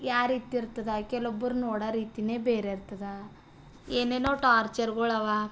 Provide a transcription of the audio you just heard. ಯಾರಿಗೆ ತಿರ್ತದ ಕೆಲ್ವೊಬ್ಬರು ನೋಡೋ ರೀತಿಯೇ ಬೇರೆ ಇರ್ತದಾ ಏನೇನೋ ಟಾರ್ಚರ್ಗಳವ